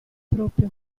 proprio